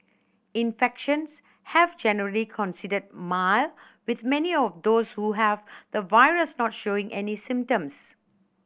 infections have generally considered mild with many of those who have the virus not showing any symptoms